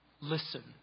listen